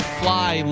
fly